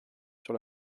sur